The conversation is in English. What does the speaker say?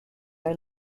are